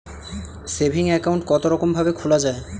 Saving account কতরকম ভাবে খোলা য়ায়?